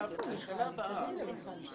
לשנה הבאה,